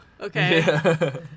okay